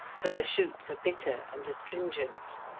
for the shoots are bitter and astringent.